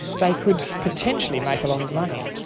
they could potentially make a lot of money.